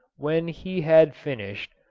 when he had finished,